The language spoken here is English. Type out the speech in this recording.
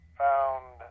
found